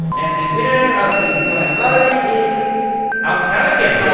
and the winner of the zion lottery is. house pelicans!